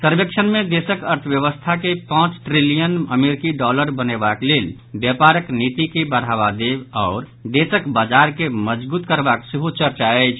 सर्वेक्षण मे देशक अर्थव्यवस्था के पांच ट्रिलियन अमरीकी डॉलर बनेबाक लेल व्यापारक नीति के बढ़ावा देब आओर देशक बाजार के मजगूत करबाक सेहो चर्चा अछि